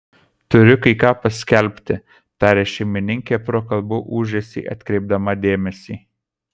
turiu kai ką paskelbti tarė šeimininkė pro kalbų ūžesį atkreipdama dėmesį